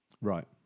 Right